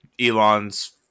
Elon's